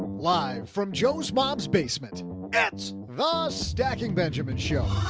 live from joe's mom's basement it's the stacking benjamins show!